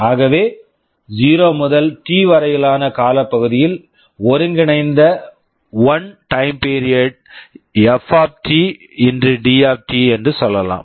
ஆகவே 0 முதல் T T வரையிலான காலப்பகுதியில் ஒருங்கிணைந்த one time period one time period fdt என்று சொல்லலாம்